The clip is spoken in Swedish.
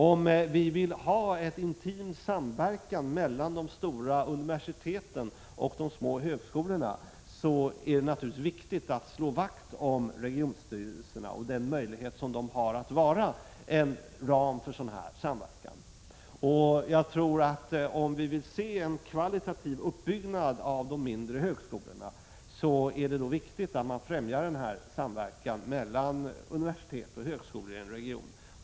Om vi vill ha en intim samverkan mellan de stora universiteten och de små högskolorna, är det naturligtvis viktigt att slå vakt om regionstyrelserna och den möjlighet de har att vara en ram för sådan samverkan. Om vi vill se en kvalitativ uppbyggnad av de mindre högskolorna tror jag att det är viktigt att främja denna samverkan mellan universitet och högskola i en region.